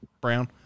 Brown